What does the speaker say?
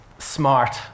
smart